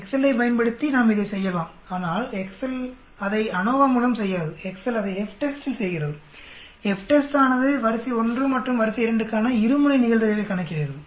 Excel ஐப் பயன்படுத்தி நாம் இதைச் செய்யலாம் ஆனால் எக்செல் அதை அநோவா மூலம் செய்யாது எக்செல் அதை FTEST ஆல் செய்கிறது FTEST ஆனது வரிசை 1 மற்றும் வரிசை 2 க்கான இறு முனை நிகழ்தகவைக் கணக்கிடுகிறது